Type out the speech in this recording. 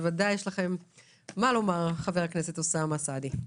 בוודאי יש לכם מה לומר חבר הכנסת אוסאמה סעדי.